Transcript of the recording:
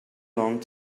long